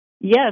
Yes